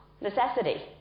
necessity